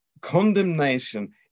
condemnation